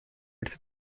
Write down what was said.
its